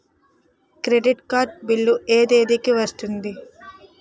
Credit card bill ఎ తేదీ కి వస్తుంది?